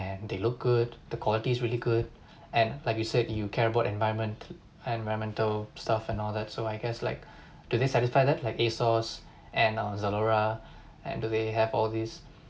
and they look good the quality is really good and like you said you care about environment environmental stuff and all that so I guess like do they satisfy that like a source and zalora and do they have all these